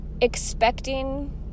expecting